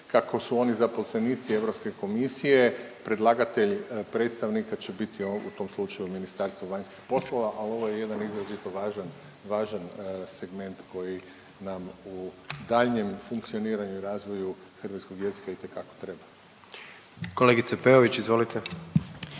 Kako su oni zaposlenici Europske komisije predlagatelj predstavnika će biti u tom slučaju Ministarstvo vanjskih poslova, ali ovo je jedan izrazito važan segment koji nam u daljnjem funkcioniranju i razvoju hrvatskog jezika itekako treba. **Jandroković, Gordan